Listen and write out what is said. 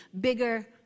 bigger